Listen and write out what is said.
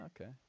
Okay